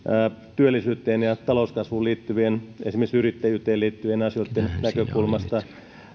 työllisyyteen ja ja talouskasvuun liittyvien esimerkiksi yrittäjyyteen liittyvien asioiden näkökulmasta